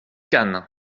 cannes